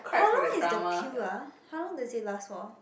how long is the pill ah how long does it last for